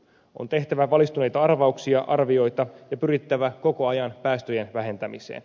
on tehtävä valistuneita arvauksia ja arvioita ja pyrittävä koko ajan päästöjen vähentämiseen